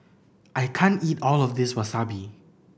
I can't eat all of this Wasabi